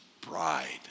bride